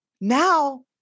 now